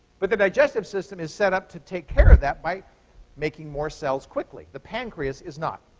but the digestive system is set up to take care of that by making more cells quickly. the pancreas is not.